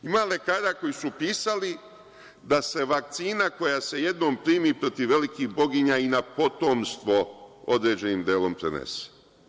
Ima lekara koji su pisali da se vakcina koja se jednom primi protiv velikih boginja i na potomstvo određenim delom prenese.